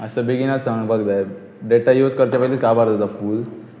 मतसो बेगीनात सांगपाक जाय डेटा यूज करता पयली कााबार जाता फूल